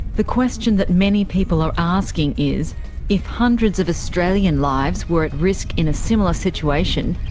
the question that many people are asking is if hundreds of australian lives were at risk in a similar situation,